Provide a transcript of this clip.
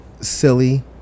silly